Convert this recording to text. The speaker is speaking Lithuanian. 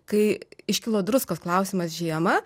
kai iškilo druskos klausimas žiemą